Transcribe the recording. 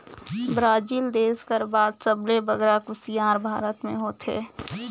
Brazil देस कर बाद सबले बगरा कुसियार भारत में होथे